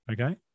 Okay